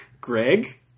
Greg